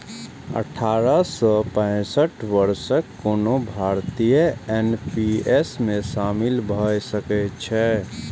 अठारह सं पैंसठ वर्षक कोनो भारतीय एन.पी.एस मे शामिल भए सकै छै